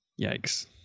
Yikes